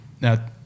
now